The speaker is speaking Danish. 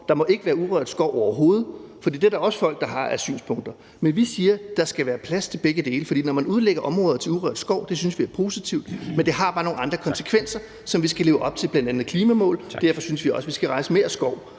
der ikke må være urørt skov overhovedet, for det synspunkt er der også folk der har. Vi siger, at der skal være plads til begge dele. For når man udlægger områder til urørt skov – det synes vi er positivt – så har det bare nogle andre konsekvenser, som vi skal leve op til at møde, bl.a. klimamål. Derfor synes vi også der skal rejses mere skov